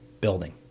building